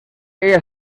ella